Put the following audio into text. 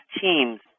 team's